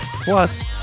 plus